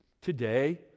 today